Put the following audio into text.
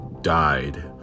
died